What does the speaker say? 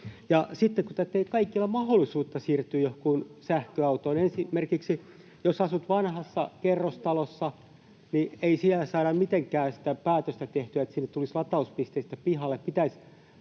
sitten kaikilla ei ole mahdollisuutta siirtyä johonkin sähköautoon. Esimerkiksi jos asut vanhassa kerrostalossa, niin ei siellä saada mitenkään sitä päätöstä tehtyä, että sinne tulisi latauspisteitä pihalle.